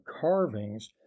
carvings